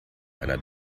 einer